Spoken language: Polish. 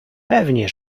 pewnie